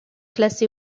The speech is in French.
classé